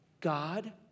God